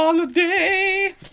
holiday